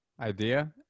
Idea